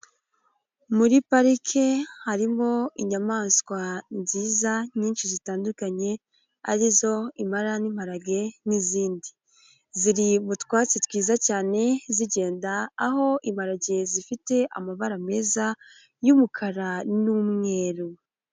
Muri parike harimo inyamaswa nziza nyinshi zitandukanye, arizo impara n'imparage n'izindi. Ziri utwatsi twiza cyane, zigenda aho imparage zifite amabara meza y'umukara n'umweru.